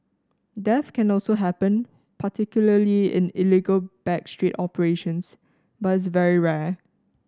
death can also happen particularly in illegal back street operations but is very rare